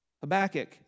Habakkuk